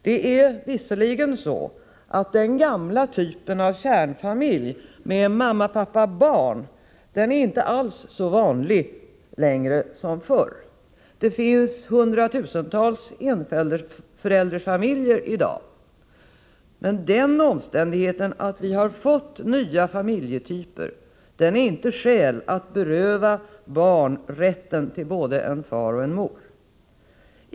Det är visserligen så att den gamla typen av kärnfamilj med mamma, pappa, barn inte alls är så vanlig längre som förr. Det finns hundratusentals enföräldersfamiljer i dag. Men den omständigheten att vi fått nya familjetyper är inte skäl att beröva barn rätten till både en far och en mor.